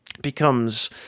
becomes